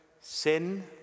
sin